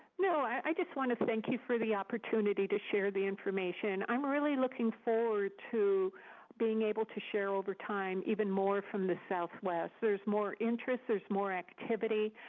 no. i just want to thank you for the opportunity to share the information. i'm really looking forward to being able to share, over time, even more from the southwest. there's more interest. there's more activity.